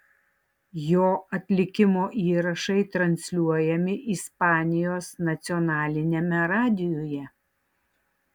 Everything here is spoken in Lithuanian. jo atlikimo įrašai transliuojami ispanijos nacionaliniame radijuje